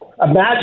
imagine